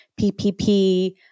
PPP